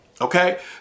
okay